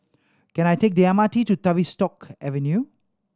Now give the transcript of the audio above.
can I take the M R T to Tavistock Avenue